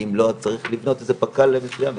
ואם לא צריך לבנות פק"ל מסוים.